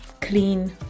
clean